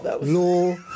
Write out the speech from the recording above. law